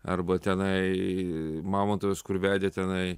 arba tenai mamontovas kur vedė tenai